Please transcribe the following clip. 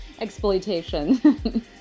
exploitation